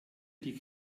die